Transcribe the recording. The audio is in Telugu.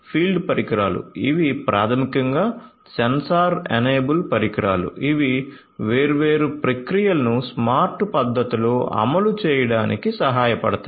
ఫీల్డ్ పరికరాలు ఇవి ప్రాథమికంగా సెన్సార్ ఎనేబుల్ పరికరాలు ఇవి వేర్వేరు ప్రక్రియలను స్మార్ట్ పద్ధతిలో అమలు చేయడానికి సహాయపడతాయి